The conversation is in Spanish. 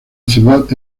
ciudad